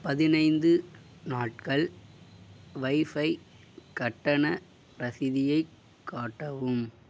பதினைந்து நாட்கள் வைஃபை கட்டண ரசீதைக் காட்டவும்